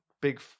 big